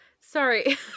Sorry